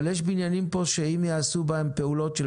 אבל יש בניינים פה שאם יעשו בהם פעולות של